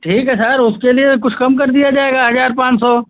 ठीक है सर उसके लिए कुछ कम कर दिया जाएगा हज़ार पाँच सौ